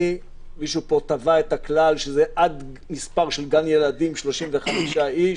מישהו טבע את הכלל שזה עד מספר של גן ילדים 35 איש.